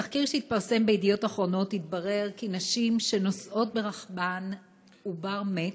מתחקיר שהתפרסם ב"ידיעות-אחרונות" התברר כי נשים שנושאות ברחמן עובר מת